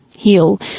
heal